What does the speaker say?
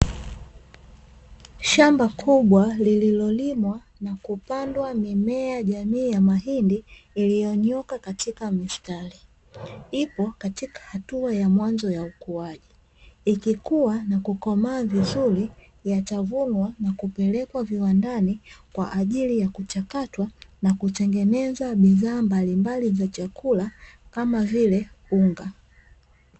Shamba kubwa lililolimwa na kupandwa mimea jamii ya mahindi iliyonyooka katika mistari, ipo katika hatua ya mwanzo ya ukuaji. Ikikua na kukomaa vizuri yatavunwa na kupelekwa viwandani kwa ajili ya kuchakatwa na kutengeneza bidhaa mbalimbali za chakula, kama vile unga.